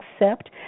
accept